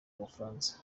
bufaransa